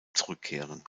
zurückkehren